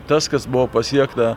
tas kas buvo pasiekta